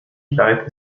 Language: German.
kleid